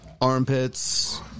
armpits